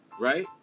Right